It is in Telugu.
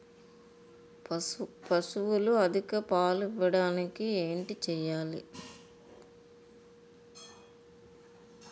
పశువులు అధిక పాలు ఇవ్వడానికి ఏంటి చేయాలి